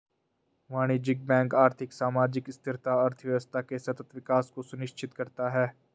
वाणिज्यिक बैंक आर्थिक, सामाजिक स्थिरता, अर्थव्यवस्था के सतत विकास को सुनिश्चित करता है